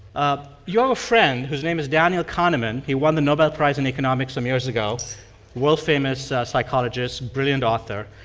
um your friend, whose name is daniel kahneman, he won the nobel prize in economics some years ago world famous psychologist, brilliant author.